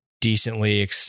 decently